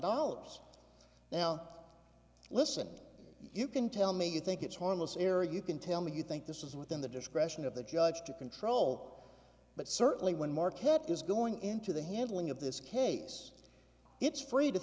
dollars now listen you can tell me you think it's harmless error you can tell me you think this is within the discretion of the judge to control but certainly when marquette is going into the handling of this case it's free to